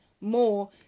more